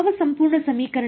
ಯಾವ ಸಂಪೂರ್ಣ ಸಮೀಕರಣ